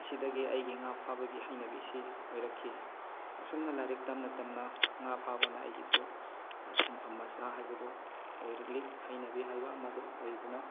ꯑꯁꯤꯗꯒꯤ ꯑꯩꯒꯤ ꯉꯥ ꯐꯥꯕꯒꯤ ꯍꯩꯅꯕꯤꯁꯤ ꯑꯣꯏꯔꯛꯈꯤ ꯑꯁꯨꯝꯅ ꯂꯥꯏꯔꯤꯛ ꯇꯝꯅ ꯇꯝꯅ ꯉꯥ ꯐꯥꯕꯅ ꯑꯩꯒꯤꯁꯨ ꯁꯤꯟꯐꯝ ꯃꯆꯥ ꯍꯥꯏꯕꯗꯨ ꯑꯣꯏꯔꯛꯂꯤ ꯍꯩꯅꯕꯤ ꯍꯥꯏꯕ ꯑꯃꯗꯨ ꯑꯣꯏꯗꯨꯅ